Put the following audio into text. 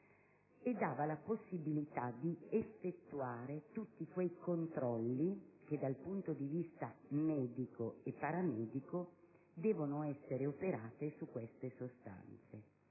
dava la possibilità di effettuare tutti quei controlli che, dal punto di vista medico e paramedico, devono essere operati su queste sostanze.